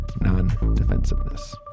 non-defensiveness